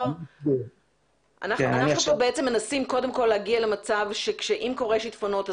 אנחנו כאן מנסים להגיע למצב שאם קורים שיטפונות,